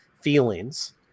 feelings